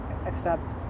accept